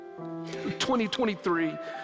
2023